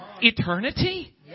eternity